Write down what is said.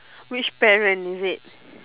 which parent is it